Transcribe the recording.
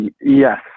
yes